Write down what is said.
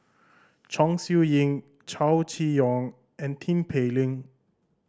Chong Siew Ying Chow Chee Yong and Tin Pei Ling